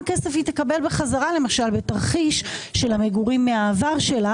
כסף היא תקבל בחזרה למשל בתרחיש של המגורים מהעבר שלה